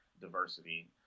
diversity